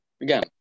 Again